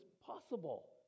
possible